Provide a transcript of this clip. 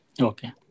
Okay